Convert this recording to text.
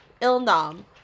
Il-nam